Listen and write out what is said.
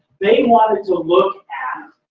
they wanted so look at.